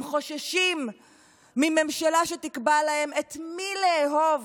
הם חוששים מממשלה שתקבע להם את מי לאהוב,